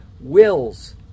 wills